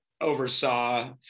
oversaw